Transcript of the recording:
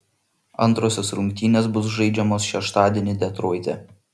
antrosios rungtynės bus žaidžiamos šeštadienį detroite